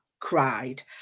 Cried